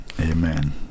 Amen